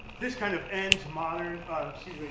this kind of ends modern excuse me,